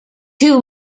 two